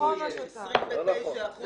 לכיבוי אש, 29% לחברות הגז.